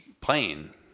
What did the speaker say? playing